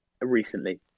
recently